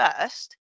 first